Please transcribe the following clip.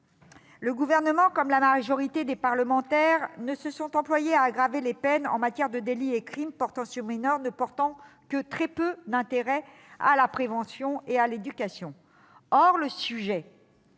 le Gouvernement, comme la majorité des parlementaires, s'est employé à aggraver les peines en matière de délits et crimes sur mineurs, ne portant que très peu d'intérêt à la prévention et à l'éducation. Or le sujet